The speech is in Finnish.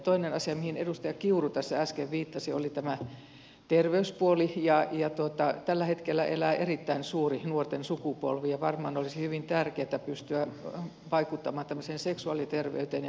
toinen asia mihin edustaja kiuru tässä äsken viittasi oli tämä terveyspuoli ja tällä hetkellä elää erittäin suuri nuorten sukupolvi ja varmaan olisi hyvin tärkeätä pystyä vaikuttamaan tämmöiseen seksuaaliterveyteen ja perhesuunnitteluun